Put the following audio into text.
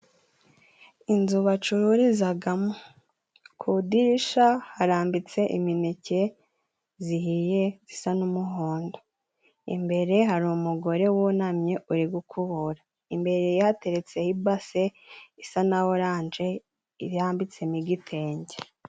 Inzu bacururizagamo ku idirisha harambitse imineke zihiye, zisa n'umuhondo imbere hari umugore wunamye uri gukubura imbere ya hateretse ibase isa na orange iyambitsemo igitenge.